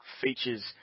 features